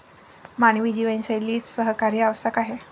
मानवी जीवनशैलीत सहकार्य आवश्यक आहे